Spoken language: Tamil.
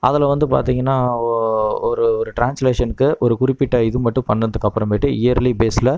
அதில் வந்து பார்த்திங்கனா ஒ ஒரு ஒரு ட்ரான்ஸ்லேஷன்க்கு ஒரு குறிப்பிட்ட இது மட்டும் பண்ணத்துக்கு அப்பபுறமேட்டு இயர்லி பேஸில்